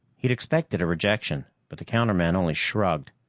he'd expected a rejection, but the counterman only shrugged.